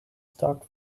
stock